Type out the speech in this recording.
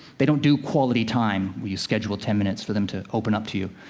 they don't do quality time, where you schedule ten minutes for them to open up to you.